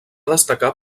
destacar